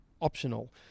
optional